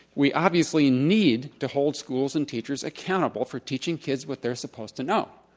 we obviously need to hold schools and teachers accountability for teaching kids what they're supposed to know.